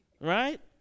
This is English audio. Right